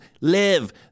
Live